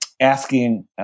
asking